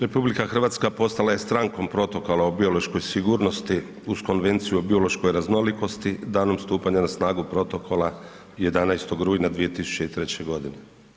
RH postala je strankom Protokola o biološkoj sigurnosti uz Konvenciju o biološkoj raznolikosti danom stupanja na snagu protokola 11. rujna 2003. godine.